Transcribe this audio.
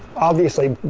obviously,